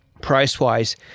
Price-wise